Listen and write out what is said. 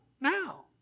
now